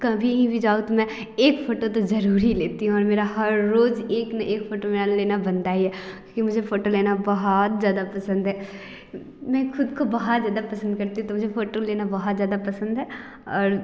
कभी भी जाऊँ तो मैं एक फोटो तो ज़रूर ही लेती हूँ और मेरा हर रोज़ एक ना एक फोटो मेरा लेना बनता ही है क्योंकि मुझे फोटो लेना बहुत ज़्यादा पसंद है मैं ख़ुद को बहुत ज़्यादा पसंद करती हूँ तो मुझे फोटो लेना बहुत ज़्यादा पसंद है और